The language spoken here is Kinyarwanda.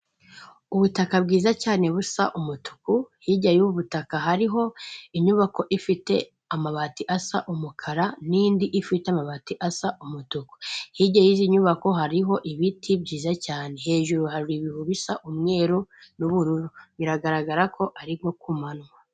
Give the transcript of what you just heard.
Ubutaka bwiza cyane busa umutuku, hirya y'ubu butaka hariho inyubako ifite amabati asa umukara n'indi ifite amabati asa umutuku. Hirya y'iyi nyubako hariho ibiti byiza cyane. Hejuru hari ibihu bisa umweru n'ubururu biragaragara ko ari nko ku manywa.